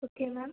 okay ma'am